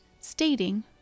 stating